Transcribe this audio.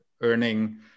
earning